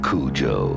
Cujo